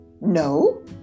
No